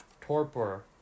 torpor